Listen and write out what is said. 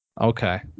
Okay